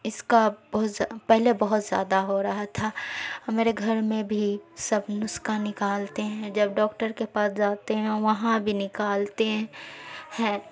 اس کا بہت پہلے بہت زیادہ ہو رہا تھا میرے گھر میں بھی سب نسخہ نکالتے ہیں جب ڈاکٹر کے پاس جاتے ہیں وہاں بھی نکالتے ہیں